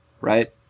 right